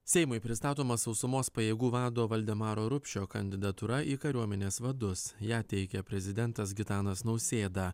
seimui pristatoma sausumos pajėgų vado valdemaro rupšio kandidatūra į kariuomenės vadus ją teikia prezidentas gitanas nausėda